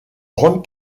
grande